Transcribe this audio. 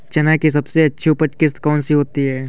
चना की सबसे अच्छी उपज किश्त कौन सी होती है?